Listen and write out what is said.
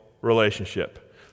relationship